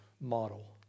model